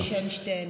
בבקשה.